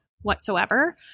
whatsoever